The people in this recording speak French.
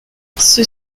ceux